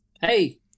Hey